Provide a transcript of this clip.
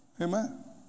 Amen